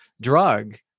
drug